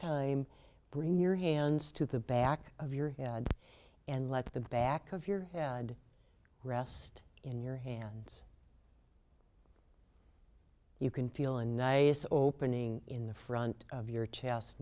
time bring your hands to the back of your and let the back of your head rest in your hands you can feel a nice opening in the front of your chest